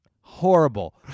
Horrible